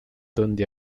donde